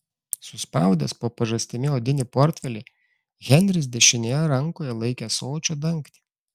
suspaudęs po pažastimi odinį portfelį henris dešinėje rankoje laikė ąsočio dangtį